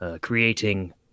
creating